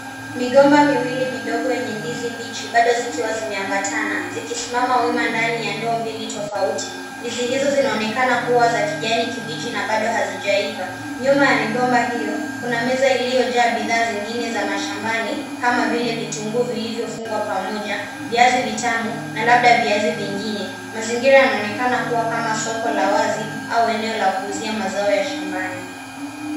Migomba miwili midogo yenye ndizi mbichi bado zikiwa zimesimama wima ndani ya ndoo mbili tofauti. Ndizi hizi zinaonekana kuwa za kijani kibichi na bado hazijaiva. Nyuma ya migomba hiyo kuna meza iliyojaa bidhaa zingine za mashambani kama vile vitunguu vilivyopangwa pamoja, viazi vitamu na labda viazi vingine. Mazingira yanaonekana kuwa kama soko la wazi au eneo la kuuzia mazao ya shambani.